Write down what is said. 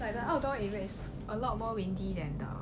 like the outdoor areas a lot more windy than now